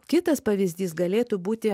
kitas pavyzdys galėtų būti